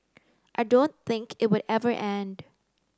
I don't think it will ever end